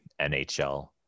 NHL